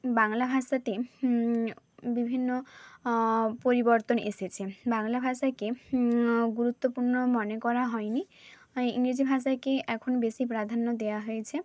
বাংলা ভাষাতে বিভিন্ন পরিবর্তন এসেছে বাংলা ভাষাকে গুরুত্বপূর্ণ মনে করা হয়নি ইংরেজি ভাষাকে এখন বেশি প্রাধান্য দেওয়া হয়েছে